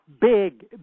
big